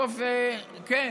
כן.